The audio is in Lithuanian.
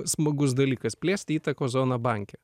smagus dalykas plėsti įtakos zoną banke